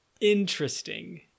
Interesting